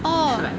like